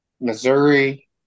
Missouri